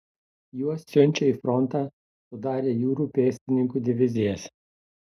juos siunčia į frontą sudarę jūrų pėstininkų divizijas